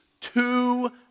two